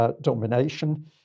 domination